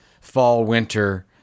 fall-winter